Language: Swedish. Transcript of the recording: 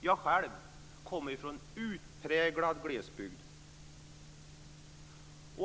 Jag själv kommer från utpräglad glesbygd.